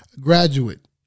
graduate